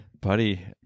Buddy